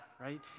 right